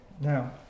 Now